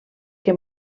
que